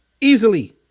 easily